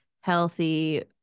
healthy